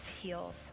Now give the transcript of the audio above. heals